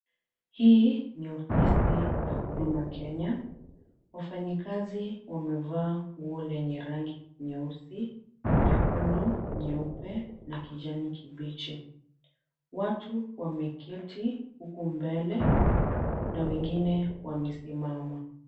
Hii ni ofisi la Huduma Kenya. Wafanyikazi wamevaa nguo lenye rangi nyeusi, nyekundu, nyeupe na kijani kibichi. Watu wameketi huku mbele na wengine wamesimama.